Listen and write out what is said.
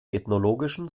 ethnologischen